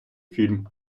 фільм